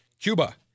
Cuba